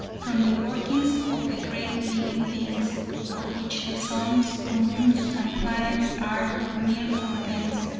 from the workings of the great living things of which the suns, moons and planets are but mere organs,